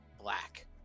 black